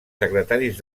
secretaris